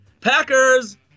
Packers